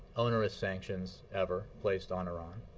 onerous sanctions ever placed on iran